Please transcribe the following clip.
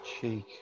cheek